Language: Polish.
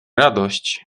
radość